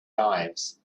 lives